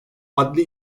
adli